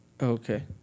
okay